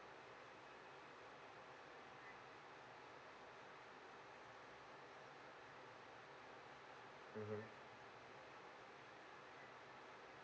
mmhmm